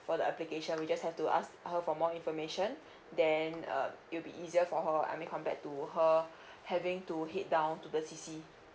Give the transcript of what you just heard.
for the application we just have to ask her for more information then uh it will be easier for her I mean compared to her having to head down to the c c